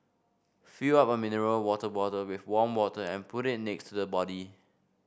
fill up a mineral water bottle with warm water and put it next to the body